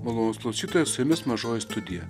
malonūs klausytojai su jumis mažoji studija